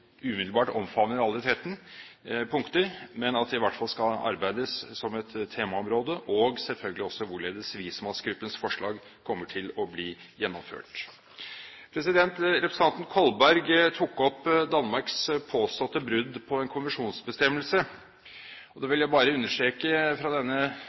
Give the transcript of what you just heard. umiddelbart omfavner alle tretten punkter, men at det i hvert fall skal arbeides med som et temaområde og selvfølgelig også hvorledes vismannsgruppens forslag kommer til å bli gjennomført. Representanten Kolberg tok opp Danmarks påståtte brudd på en konvensjonsbestemmelse. Da vil jeg bare understreke fra denne